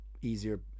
easier